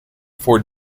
four